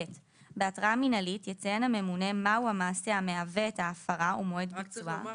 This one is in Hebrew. בהתראה מינהלית יציין הממונה מהו המעשה המהווה את ההפרה ומועד ביצועה,